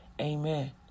amen